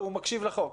הוא מקשיב לחוק.